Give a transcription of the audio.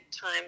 time